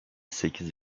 sekiz